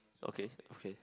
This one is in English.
okay okay